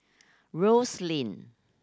Rose Lane